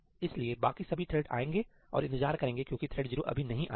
इसलिए बाकी सभी थ्रेड आएंगे और इंतजार करेंगे क्योंकि थ्रेड 0 अभी नहीं आया है